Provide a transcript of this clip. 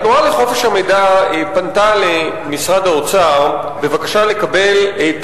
התנועה לחופש המידע פנתה למשרד האוצר בבקשה לקבל את